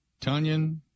Tunyon